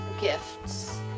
gifts